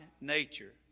nature